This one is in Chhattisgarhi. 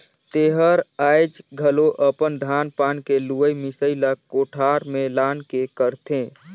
तेहर आयाज घलो अपन धान पान के लुवई मिसई ला कोठार में लान के करथे